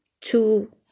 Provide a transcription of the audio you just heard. two